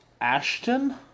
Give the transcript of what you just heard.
Ashton